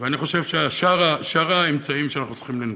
אני חושב ששאר האמצעים שאנחנו צריכים לנקוט הם יותר חשובים.